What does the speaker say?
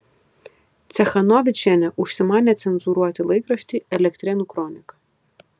cechanovičienė užsimanė cenzūruoti laikraštį elektrėnų kronika